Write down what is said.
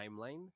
timeline